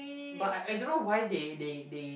but I I don't know why they they they